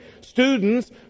students